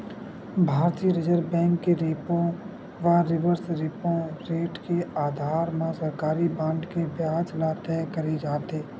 भारतीय reserve bank के repo व रिवर्स रेपो रेट के अधार म सरकारी बांड के बियाज ल तय करे जाथे